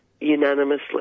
unanimously